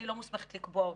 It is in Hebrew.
אני לא מוסמכת לקבוע אותו,